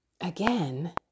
Again